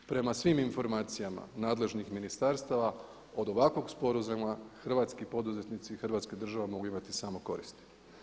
Prema svim informacijama nadležnih ministarstava od ovakvog sporazuma hrvatskih poduzetnici i hrvatska država mogu imati samo koristi.